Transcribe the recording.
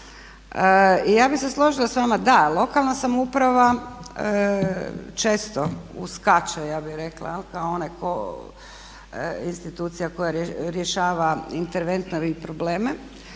Ja bih se složila s vama, da, lokalna samouprava često uskače ja bih rekla kao ona institucija koja rješava interventne probleme